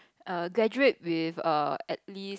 err graduate with err at least